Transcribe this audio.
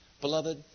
Beloved